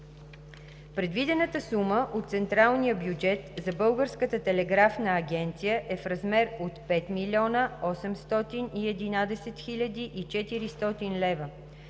Предвидената сума от централния бюджет за Българската телеграфна агенция е в размер от 5 млн. 811 хил. 400 лв.